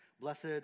Blessed